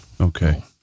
Okay